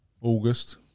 August